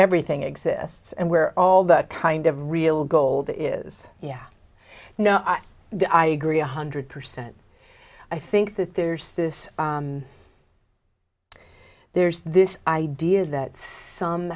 everything exists and where all that kind of real gold is yeah no i agree one hundred percent i think that there's this there's this idea that